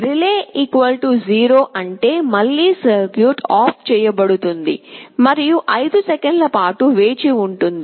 relay 0 అంటే మళ్ళీ circuit off చేయబడుతుంది మరియు 5 సెకన్ల పాటు వేచి ఉంటుంది